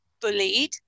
bullied